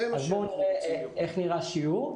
איך נראה שיעור?